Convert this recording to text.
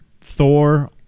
Thor